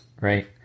right